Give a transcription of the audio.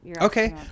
Okay